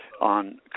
on